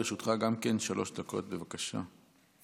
גם לרשותך שלוש דקות, בבקשה.